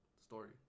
story